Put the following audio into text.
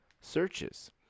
searches